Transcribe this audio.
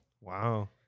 Wow